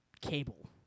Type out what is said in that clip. Cable